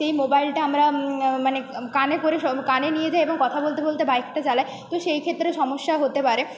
সেই মোবাইলটা আমরা মানে কানে করে সব কানে নিয়ে যাই এবং কথা বলতে বলতে বাইকটা চালাই তো সেই ক্ষেত্রে সমস্যা হতে পারে